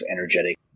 energetic